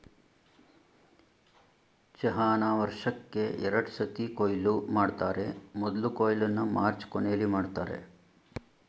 ಚಹಾನ ವರ್ಷಕ್ಕೇ ಎರಡ್ಸತಿ ಕೊಯ್ಲು ಮಾಡ್ತರೆ ಮೊದ್ಲ ಕೊಯ್ಲನ್ನ ಮಾರ್ಚ್ ಕೊನೆಲಿ ಮಾಡ್ತರೆ